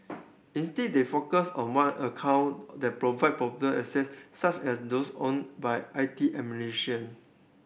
instead they focus on one account that provide broader access such as those owned by I T